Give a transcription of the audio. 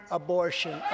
abortion